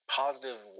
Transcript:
positive